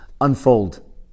unfold